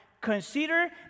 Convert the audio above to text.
Consider